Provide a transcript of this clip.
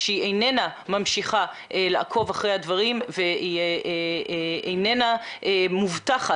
שהיא איננה ממשיכה לעקוב אחרי הדברים והיא לא מובטחת,